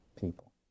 people